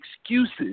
excuses